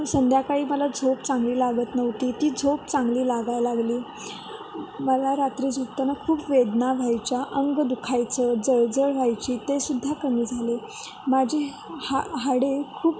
संध्याकाळी मला झोप चांगली लागत नव्हती ती झोप चांगली लागायला लागली मला रात्री झोपताना खूप वेदना व्हायच्या अंग दुखायचं जळजळ व्हायची तेसुद्धा कमी झाले माझी हा हाडे खूप